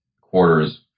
quarters